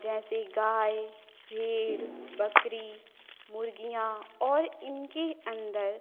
जैसे गाय भेड़ बकरी मुर्गियाँ और इनके अंदर